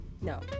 No